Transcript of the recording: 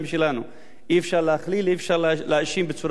אי-אפשר להאשים בצורה גורפת את כולם.